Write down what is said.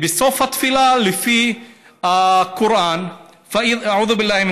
ובסוף התפילה, לפי הקוראן: (אומר בערבית